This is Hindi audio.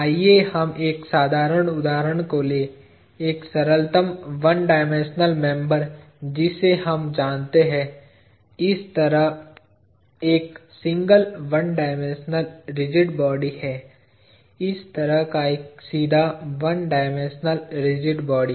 आइए हम एक साधारण उदहारण को लें एक सरलतम 1 डायमेंशनल मेंबर्स जिसे हम जानते हैं इस तरह एक सिंगल 1 डायमेंशनल रिजिड बॉडी है इस तरह का एक सीधा 1 डायमेंशनल रिजिड बॉडी